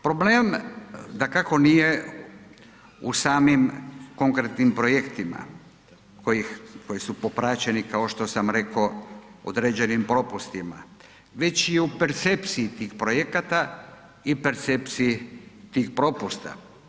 Problem dakako nije u samim konkretnim projektima koji su popraćeni kao što sam rekao određenim propustima već i u percepciji tih projekata i percepciji tih propusta.